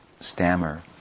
stammer